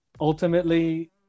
ultimately